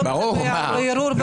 ברור.